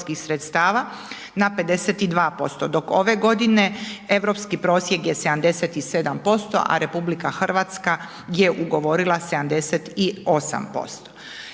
na 52%, dok ove godine europski prosjek je 77%, a RH je ugovorila 78%.